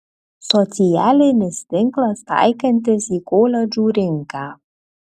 socialinis tinklas taikantis į koledžų rinką